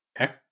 Okay